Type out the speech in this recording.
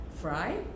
Fry